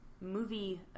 movie